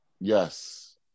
Yes